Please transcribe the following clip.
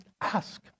ask